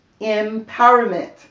empowerment